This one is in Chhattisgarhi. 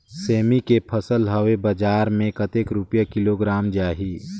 सेमी के फसल हवे बजार मे कतेक रुपिया किलोग्राम जाही?